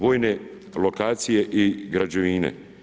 Vojne lokacije i građevine.